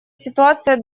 ситуация